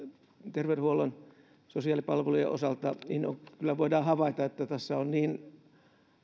terveydenhuollon ja sosiaalipalvelujen osalta niin kyllä voidaan havaita että tässä on niin